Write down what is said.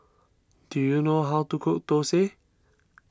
do you know how to cook Thosai